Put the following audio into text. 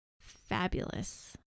Fabulous